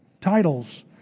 titles